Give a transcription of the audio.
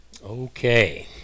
Okay